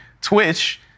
Twitch